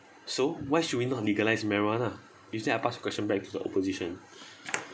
so why should we not legalise marijuana with that I pass question back to the opposition